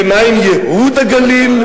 ומה עם ייהוד הגליל?